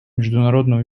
международного